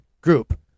Group